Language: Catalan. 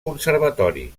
conservatori